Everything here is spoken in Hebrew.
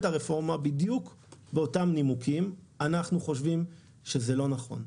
הרפורמה בדיוק באותם נימוקים ואנחנו חושבים שזה לא נכון.